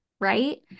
right